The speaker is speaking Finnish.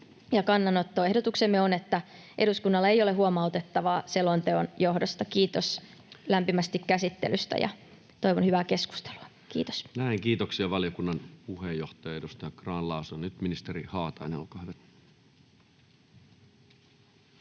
Kannanottoehdotuksemme on, että eduskunnalla ei ole huomautettavaa selonteon johdosta. Kiitos lämpimästi käsittelystä, ja toivon hyvää keskustelua. — Kiitos. Näin. — Kiitoksia, valiokunnan puheenjohtaja, edustaja Grahn-Laasonen. — Nyt ministeri Haatainen, olkaa hyvä.